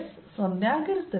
ds 0 ಆಗಿರುತ್ತದೆ